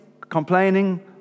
complaining